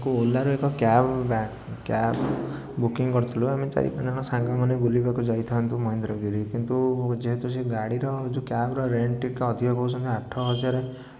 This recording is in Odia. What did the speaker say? ଓଲାରେ ଏକ କ୍ୟାବ୍ କ୍ୟାବ୍ ବୁକିଙ୍ଗ୍ କରିଥିଲୁ ଆମେ ଚାରି ପାଞ୍ଚ ଜଣ ସାଙ୍ଗ ମାନେ ବୁଲିବାକୁ ଯାଇଥାନ୍ତୁ ମହେନ୍ଦ୍ରଗିରି କିନ୍ତୁ ଯେହେତୁ ସେ ଗାଡ଼ିର ଯେଉଁ କ୍ୟାବ୍ର ରେଟ୍ ଟିକିଏ ଅଧିକ କହୁଛନ୍ତି ଆଠ ହଜାର